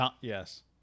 Yes